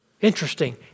Interesting